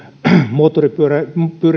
moottoripyörien